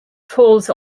folds